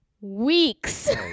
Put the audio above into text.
weeks